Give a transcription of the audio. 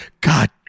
God